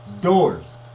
doors